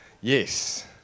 yes